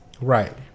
right